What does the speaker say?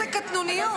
איזו קטנוניות.